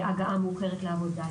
הגעה מאוחרת לעבודה,